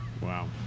Wow